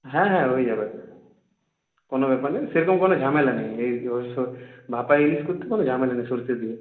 হ্যাঁ হ্যাঁ হয়ে যাবে কোনো ব্যাপার না সেরকম কোনো ঝামেলা নেই ভাপা ইলিশ করতে কোনো ঝামেলা নেই সরষে দিয়ে